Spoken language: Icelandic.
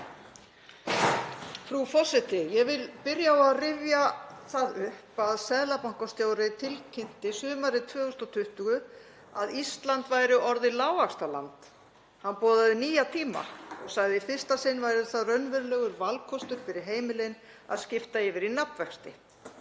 Frú forseti. Ég vil byrja á að rifja það upp að seðlabankastjóri tilkynnti sumarið 2020 að Ísland væri orðið lágvaxtaland. Hann boðaði nýja tíma, sagði að í fyrsta sinn yrði það raunverulegur valkostur fyrir heimilin að skipta yfir í nafnvexti.